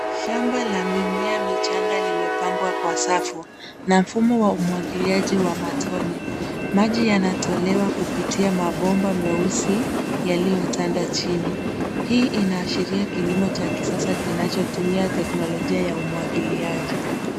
Shamba la mimea michanga imepandwa kwa safu na mfumo wa umwagiliaji wa matone. Maji yanatolewa kupitia mabomba meusi yaliyo tanda chini. Hii inaashiria kilimo cha kisasa kinacho tumia teknolojia ya umwagiliaji.